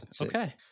Okay